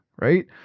right